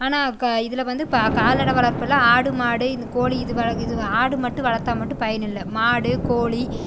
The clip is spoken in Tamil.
ஆனால் இதில் வந்து கால்நடை வளர்ப்பில் ஆடு மாடு கோழி இது இது ஆடு மட்டும் வளர்த்தா மட்டும் பயனில்லை மாடு கோழி